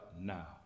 now